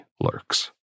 lurks